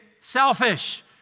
selfish